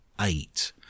eight